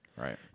Right